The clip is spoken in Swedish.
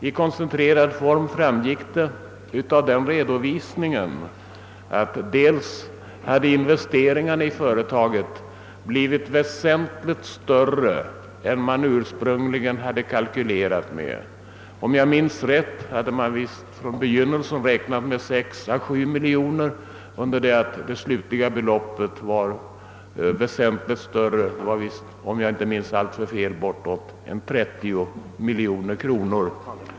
Av den redovisningen framgick — koncentrerat uttryckt — att investeringarna i företaget blivit väsentligt större än man ursprungligen kalkylerat med. Om jag minns rätt hade man från begynnelsen räknat med 6 å 7 miljoner kronor, medan det slutliga beloppet kom att röra sig om 30 miljoner kronor.